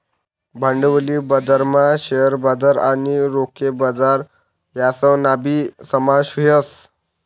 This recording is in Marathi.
भांडवली बजारमा शेअर बजार आणि रोखे बजार यासनाबी समावेश व्हस